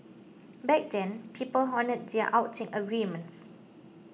back then people honoured their outing agreements